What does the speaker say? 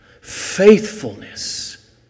faithfulness